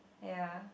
ya